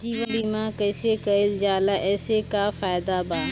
जीवन बीमा कैसे कईल जाला एसे का फायदा बा?